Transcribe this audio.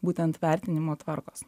būtent vertinimo tvarkos